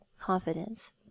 confidence